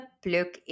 pluk